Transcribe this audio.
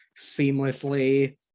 seamlessly